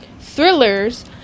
thrillers